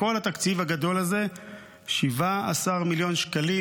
מכל התקציב הגדול הזה 17 מיליון שקלים